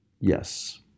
yes